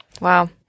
Wow